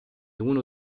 uno